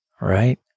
right